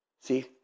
See